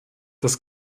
dass